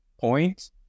point